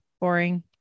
boring